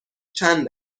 چند